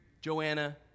Joanna